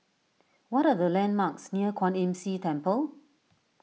what are the landmarks near Kwan Imm See Temple